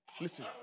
Listen